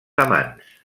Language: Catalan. amants